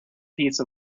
piece